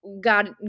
God